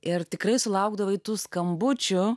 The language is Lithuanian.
ir tikrai sulaukdavai tų skambučių